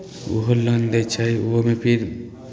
ओहो लोन दै छै ओहोमे फेर